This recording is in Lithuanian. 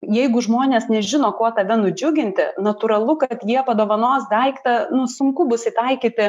jeigu žmonės nežino kuo tave nudžiuginti natūralu kad jie padovanos daiktą nu sunku bus įtaikyti